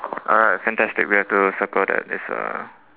alright fantastic we have to circle that it's uh